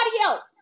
else